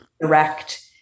direct